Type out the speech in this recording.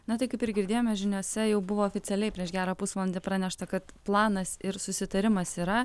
na tai kaip ir girdėjome žiniose jau buvo oficialiai prieš gerą pusvalandį pranešta kad planas ir susitarimas yra